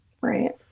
Right